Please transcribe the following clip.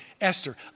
Esther